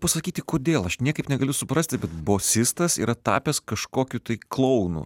pasakyti kodėl aš niekaip negaliu suprasti bet bosistas yra tapęs kažkokiu tai klounu